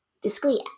discrete